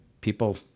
people